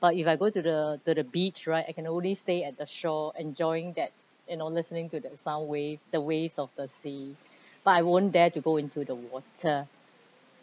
but if I go to the to the beach right I can only stay at the shore enjoying that and all listening to the sound wave the waves of the sea but I won't dare to go into the water